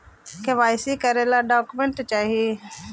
KYC करे ला का का डॉक्यूमेंट चाही?